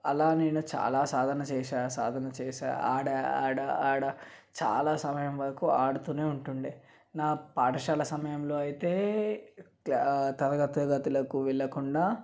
అలా నేను చాలా సాధన చేసా సాధన చేసా ఆడాను ఆడాను ఆడాను చాలా సమయం వరకు ఆడుతూనే ఉంటుండేది నా పాఠశాల సమయంలో అయితే తరగతి గదులకు వెళ్ళకుండా